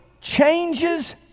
changes